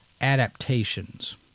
adaptations